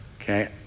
Okay